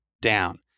down